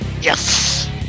Yes